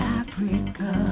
Africa